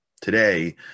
Today